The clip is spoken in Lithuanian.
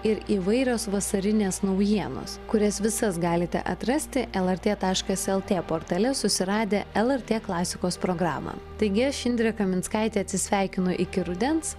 ir įvairios vasarinės naujienos kurias visas galite atrasti lrt taškas lt portale susiradę lrt klasikos programą taigi aš indrė kaminskaitė atsisveikinu iki rudens